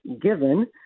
given